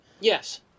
Yes